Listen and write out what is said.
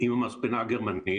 עם המספנה הגרמנית,